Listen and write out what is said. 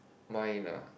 mine lah